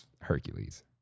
Hercules